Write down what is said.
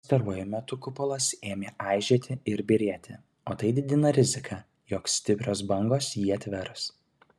pastaruoju metu kupolas ėmė aižėti ir byrėti o tai didina riziką jog stiprios bangos jį atvers